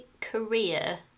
career